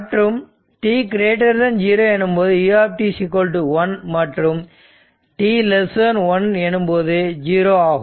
மற்றும் t0 எனும்போது u 1 மற்றும் t 0 எனும்போது 0 ஆகும்